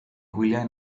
gwyliau